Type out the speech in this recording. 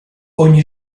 ogni